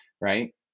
right